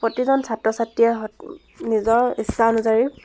প্ৰতিজন ছাত্ৰ ছাত্ৰীয়ে হত নিজৰ ইচ্ছা অনুযায়ী